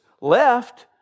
left